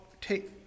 take